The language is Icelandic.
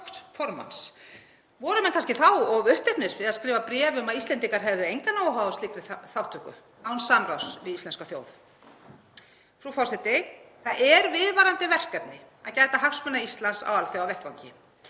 stjórnartíð hans eigin flokksformanns. Voru menn kannski þá of uppteknir við að skrifa bréf um að Íslendingar hefðu engan áhuga á slíkri þátttöku án samráðs við íslenska þjóð? Frú forseti. Það er viðvarandi verkefni að gæta hagsmuna Íslands á alþjóðavettvangi.